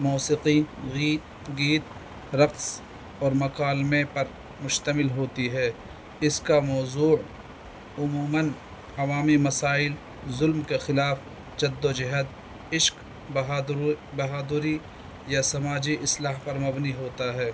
موسیقی گیت گیت رقص اور مقالمے پر مشتمل ہوتی ہے اس کا موضور عموماً عوامی مسائل ظلم کے خلاف جد و جہد عشق بہادروں بہادری یا سماجی اصلاح پر مبنی ہوتا ہے